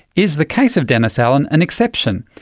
is the case of dennis allan an exception,